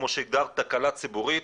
כמו שהגדרת תקלה ציבורית,